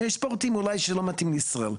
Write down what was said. יש ספורט שאולי לא מתאים לישראל.